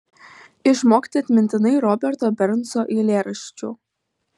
išmokti atmintinai roberto bernso eilėraščių